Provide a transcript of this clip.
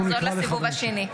נקרא לך בסיבוב השני.